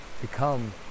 become